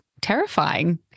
terrifying